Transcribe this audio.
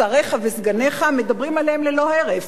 שריך וסגניך מדברים עליהן ללא הרף?